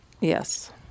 Yes